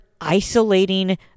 isolating